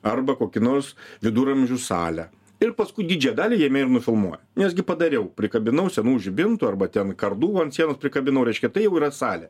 arba kokį nors viduramžių salę ir paskui didžiąją dalį jame ir nufilmuoja nes gi padariau prikabinau senų žibintų arba ten kardų ant sienos prikabinau reiškia tai jau yra salė